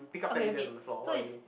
okay okay so is